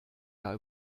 jahr